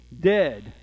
dead